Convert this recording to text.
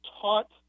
taught